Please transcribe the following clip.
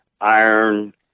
iron